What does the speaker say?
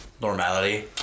normality